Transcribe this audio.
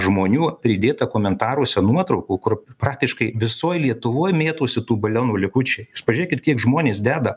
žmonių pridėta komentaruose nuotraukų kur praktiškai visoj lietuvoj mėtosi tų balionų likučiai pažiūrėkit kiek žmonės deda